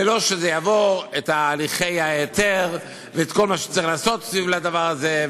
בלי שזה יעבור את הליכי ההיתר ואת כל מה שצריך לעשות סביב הדבר הזה.